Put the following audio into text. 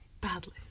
Badly